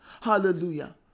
Hallelujah